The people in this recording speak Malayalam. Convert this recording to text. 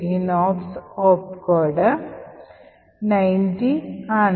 ഈ നോപ്സ് ഓപ്കോഡ് 90 ആകുന്നു